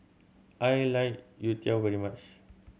I like youtiao very much